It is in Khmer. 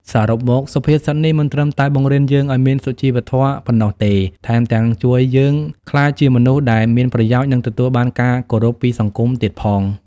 សរុបមក សុភាសិតនេះមិនត្រឹមតែបង្រៀនយើងឲ្យមានសុជីវធម៌ប៉ុណ្ណោះទេ ថែមទាំងជួយឲ្យយើងក្លាយជាមនុស្សដែលមានប្រយោជន៍ និងទទួលបានការគោរពពីសង្គមទៀតផង។